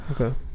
Okay